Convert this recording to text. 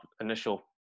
initial